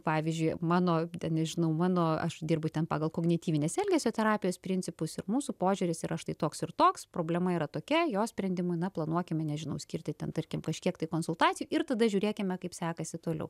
pavyzdžiui mano nežinau mano aš dirbu ten pagal kognityvinės elgesio terapijos principus ir mūsų požiūris yra štai toks ir toks problema yra tokia jo sprendimui na planuokime nežinau skirti ten tarkim kažkiek tai konsultacijų ir tada žiūrėkime kaip sekasi toliau